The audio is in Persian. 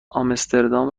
آمستردام